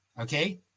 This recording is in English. Okay